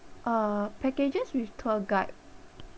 uh packages with tour guide